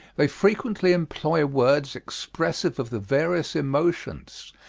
they frequently employ words expressive of the various emotions.